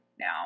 now